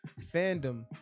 fandom